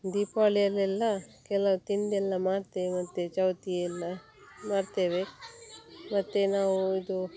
ದೀಪಾವಳಿಯಲೆಲ್ಲ ಕೆಲವು ತಿಂಡಿಯೆಲ್ಲ ಮಾಡ್ತೇವೆ ಮತ್ತು ಚೌತಿಯೆಲ್ಲ ಮಾಡ್ತೇವೆ ಮತ್ತು ನಾವು ಇದು